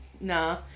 nah